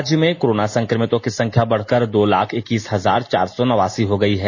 राज्य में कोरोना संक्रमितों की संख्या बढकर दो लाख इक्कीस हजार चार सौ नवासी हो गई है